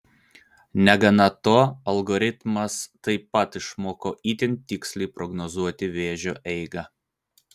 negana to algoritmas taip pat išmoko itin tiksliai prognozuoti vėžio eigą